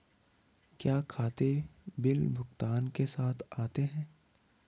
क्या खाते बिल भुगतान के साथ आते हैं?